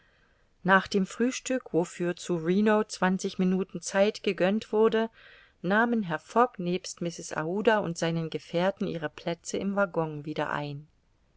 nach dem frühstück wofür zu reno zwanzig minuten zeit gegönnt wurde nahmen herr fogg nebst mrs aouda und seinen gefährten ihre plätze im waggon wieder ein